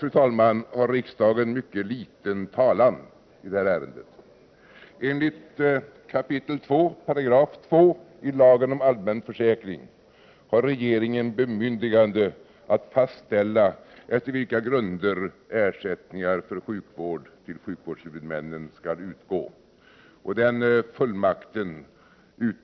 Riksdagen har i övrigt mycket liten talan i detta ärende. Enligt lagen om allmän försäkring 2 kap. 2 § har regeringen bemyndigande att fastställa efter vilka grunder ersättningar för sjukvård skall utgå till sjukvårdshuvudmännen. Regeringen utnyttjar verkligen den fullmakten.